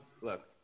Look